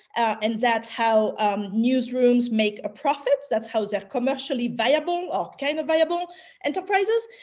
and that's how newsrooms make a profit. that's how they're commercially viable or kind of viable enterprises.